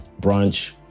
brunch